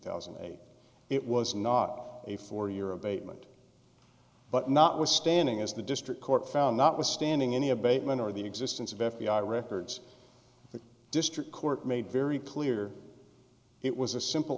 thousand and eight it was not a four year abatement but notwithstanding as the district court found notwithstanding any abatement or the existence of f b i records the district court made very clear it was a simple